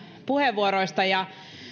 puheenvuoroista ja